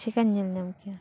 ᱪᱤᱠᱟᱹᱧ ᱧᱮᱞ ᱧᱟᱢ ᱠᱮᱭᱟ